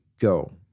go